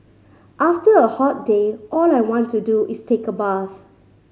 after a hot day all I want to do is take a bath